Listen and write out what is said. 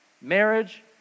marriage